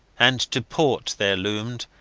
and to port there loomed,